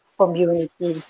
community